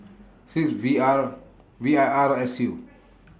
six V R V I R S U